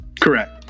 Correct